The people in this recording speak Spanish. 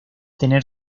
tener